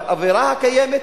באווירה הקיימת,